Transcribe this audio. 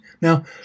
Now